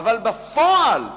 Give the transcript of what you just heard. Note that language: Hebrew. אבל בפועל,